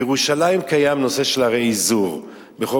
בירושלים קיים נושא של רה-איזור בכל